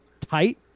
tight